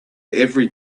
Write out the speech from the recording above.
every